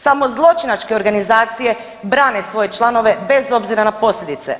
Samo zločinačke organizacije brane svoje članove bez obzira na posljedice.